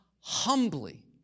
humbly